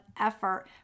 effort